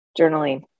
journaling